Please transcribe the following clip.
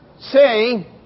say